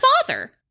father